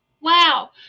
Wow